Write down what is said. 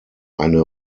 eine